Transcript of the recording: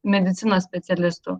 medicinos specialistų